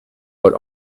but